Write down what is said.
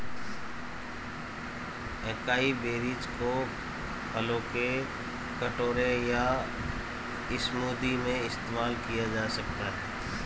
acai berries को फलों के कटोरे या स्मूदी में इस्तेमाल किया जा सकता है